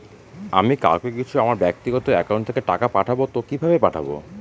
আমি কাউকে কিছু আমার ব্যাক্তিগত একাউন্ট থেকে টাকা পাঠাবো তো কিভাবে পাঠাবো?